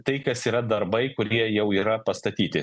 tai kas yra darbai kurie jau yra pastatyti